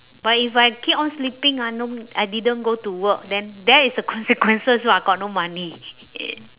but if I keep on sleeping ah no I didn't go to work then that is the consequences [what] got no money